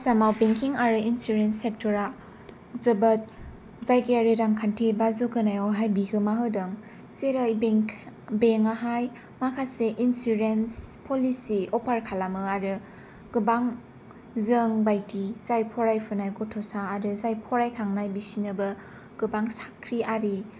आसामाव बेंकिं आरो इन्सुरेन्स सेक्ट'रा जोबोद जायगायारि रांखान्थि बा जौगानायावहाय बिहिमा होदों जेरै बेंक बेंकआहाय माखासे इन्सुरेन्स पलिसि अफार खालामो आरो गोबां जों बायदि जाय फरायफुनाय गथ'सा आरो जाय फरायखांनाय बिसिनोबो गोबां साख्रि आरि